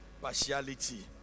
partiality